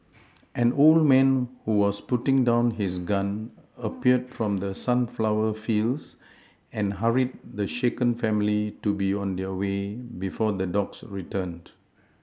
an old man who was putting down his gun appeared from the sunflower fields and hurried the shaken family to be on their way before the dogs returned